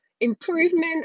improvement